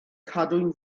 cadwyn